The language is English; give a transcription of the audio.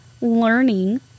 learning